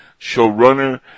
showrunner